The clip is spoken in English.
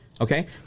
Okay